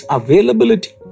availability